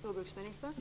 Fru talman!